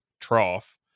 trough